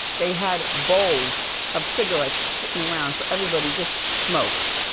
they had bowls of cigarettes sitting around for everybody, just smoke.